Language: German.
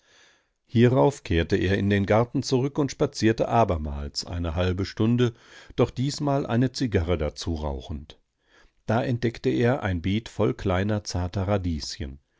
hierauf kehrte er in den garten zurück und spazierte abermals eine halbe stunde doch diesmal eine zigarre dazu rauchend da entdeckte er ein beet voll kleiner zarter radieschen